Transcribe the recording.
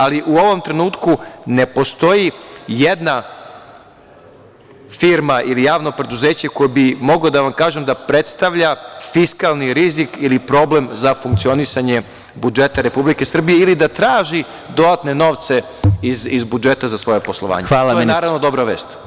Ali, u ovom trenutku ne postoji jedna firma ili javno preduzeće koje bi moglo da vam kažem da predstavlja fiskalni rizik ili problem za funkcionisanje budžeta Republike Srbije ili da traži dodatne novce iz budžeta za svoje poslovanje, što je, naravno, dobra vest.